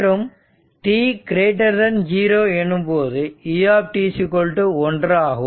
மற்றும் t0 எனும்போது u 1 ஆகும்